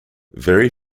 very